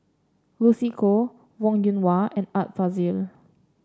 Lucy Koh Wong Yoon Wah and Art Fazil